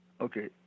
okay